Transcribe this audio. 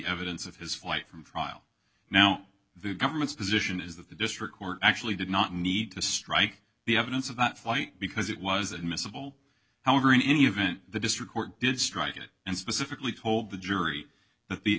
evidence of his flight from trial now the government's position is that the district court actually did not need to strike the evidence of that flight because it was admissible however in any event the district court did strike it and specifically told the jury that the